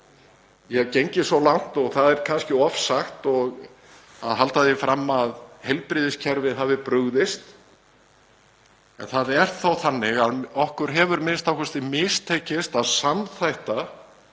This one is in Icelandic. gengið svo langt, og það er kannski ofsagt, að halda því fram að heilbrigðiskerfið hafi brugðist en það er þó þannig að okkur hefur a.m.k. mistekist að samþætta